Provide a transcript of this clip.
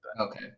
Okay